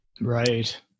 Right